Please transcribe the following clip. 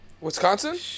Wisconsin